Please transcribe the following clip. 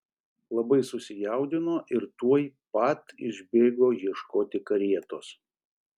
labai susijaudino ir tuoj pat išbėgo ieškoti karietos